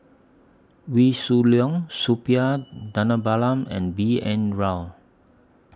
Wee Shoo Leong Suppiah Dhanabalan and B N Rao